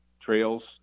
trails